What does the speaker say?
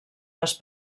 les